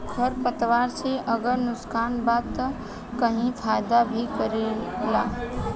खर पतवार से अगर नुकसान बा त कही फायदा भी करेला